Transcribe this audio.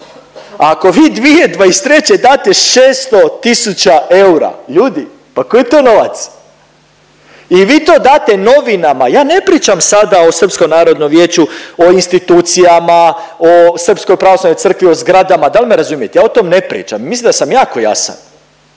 ako vi 2023. date 600 tisuća eura, ljudi pa koji je to novac i vi to date novinama, ja ne pričam sada o Srpskom narodnom vijeću, o institucijama, o Srpskoj pravoslavnoj crkvi, o zgradama, dal me razumijete, ja o tom ne pričam, mislim da sam jako jasan